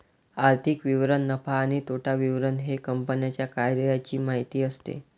आर्थिक विवरण नफा आणि तोटा विवरण हे कंपन्यांच्या कार्याची माहिती असते